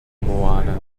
moana